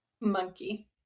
Monkey